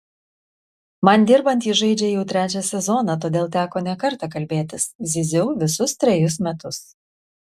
man dirbant jis žaidžia jau trečią sezoną todėl teko ne kartą kalbėtis zyziau visus trejus metus